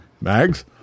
Mags